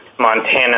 Montana